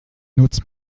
nutzt